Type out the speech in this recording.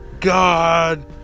god